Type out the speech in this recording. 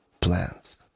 plans